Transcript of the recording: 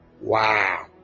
wow